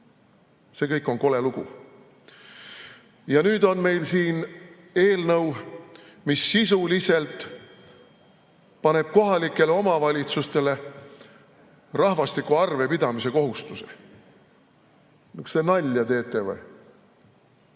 See kõik on kole lugu. Nüüd on meil siin eelnõu, mis sisuliselt paneb kohalikele omavalitsustele rahvastiku üle arvepidamise kohustuse. Kas te teete nalja või?